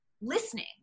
listening